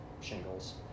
shingles